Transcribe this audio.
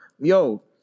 Yo